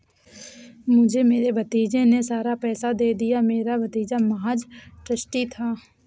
मुझे मेरे भतीजे ने सारा पैसा दे दिया, मेरा भतीजा महज़ ट्रस्टी था